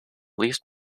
least